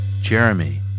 Jeremy